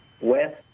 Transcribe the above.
west